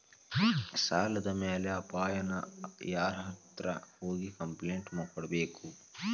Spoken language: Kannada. ಸಾಲದ್ ಮ್ಯಾಲಾದ್ ಅಪಾಯಾನ ಯಾರ್ಹತ್ರ ಹೋಗಿ ಕ್ಂಪ್ಲೇನ್ಟ್ ಕೊಡ್ಬೇಕು?